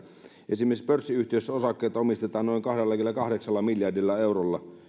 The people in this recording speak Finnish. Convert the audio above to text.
esimerkiksi pörssiyhtiöissä osakkeita omistetaan noin kahdellakymmenelläkahdeksalla miljardilla eurolla